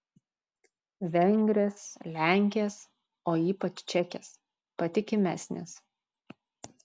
vengrės lenkės o ypač čekės patikimesnės